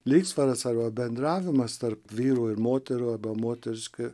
lygsvaras arba bendravimas tarp vyrų ir moterų arba moteriški